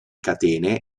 catene